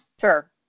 Sure